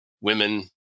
women